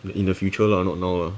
in the future lah not now lah